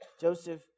Joseph